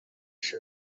پیش